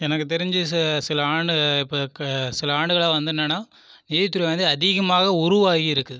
எனக்கு தெரிஞ்சு சில ஆண்டு சில ஆண்டுகளாக வந்து என்னென்னா நிதித்துறை வந்து அதிகமாக உருவாகி இருக்குது